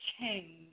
change